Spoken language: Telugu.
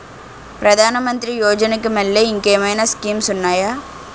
ప్రధాన మంత్రి యోజన కి మల్లె ఇంకేమైనా స్కీమ్స్ ఉన్నాయా?